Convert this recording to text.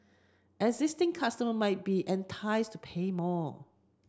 existing customer might be enticed to pay more